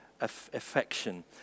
affection